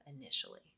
initially